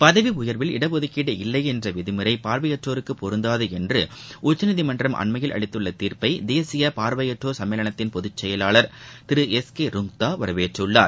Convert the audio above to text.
பதவி உயர்வில் இடஒதுக்கீடு இல்லை என்ற விதிமுறை பார்வையற்றோருக்கு பொருந்தாது என்ற உச்சநீதிமன்றம் அண்மையில் அளித்துள்ள தீர்ப்பை வரவேற்பதாக தேசிய பார்வையற்றோர் சம்மேளனத்தின் பொதுச்செயலாளர் திரு எஸ் கே ருங்த்தா வரவேற்றுள்ளார்